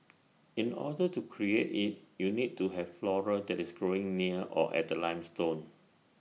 in order to create IT you need to have flora that is growing near or at the limestone